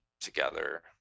together